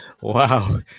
Wow